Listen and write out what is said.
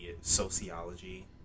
sociology